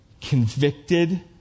convicted